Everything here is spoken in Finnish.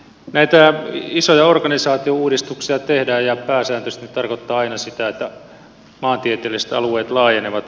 näitä isoja organisaatiouudistuksia tehdään ja pääsääntöisesti se tarkoittaa aina sitä että maantieteelliset alueet laajenevat